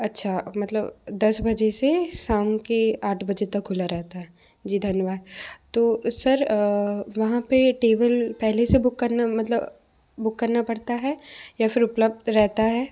अच्छा मतलब दस बजे से शाम के आठ बजे तक खुला रहता है जी धन्यवाद तो सर वहाँ पे टेबल पहले से बुक करना मतलब बुक करना पड़ता है या फिर उपलब्ध रहता है